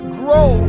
grow